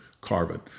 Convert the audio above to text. carbon